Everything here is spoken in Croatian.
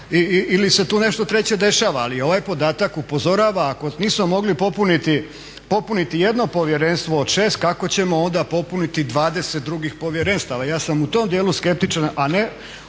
ili se tu nešto treće dešava. Ali ovaj podatak upozorava ako nismo mogli popuniti jedno povjerenstvo od 6 kako ćemo onda popuniti 20 drugih povjerenstava. Ja sam u tom dijelu skeptičan, a ne